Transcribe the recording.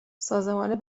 سازمان